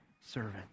servant